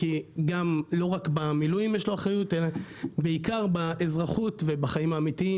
לא רק במילואים יש לו אחריות אלא בעיקר באזרחות ובחיים האמיתיים